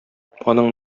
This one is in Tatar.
аның